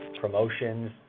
promotions